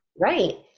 Right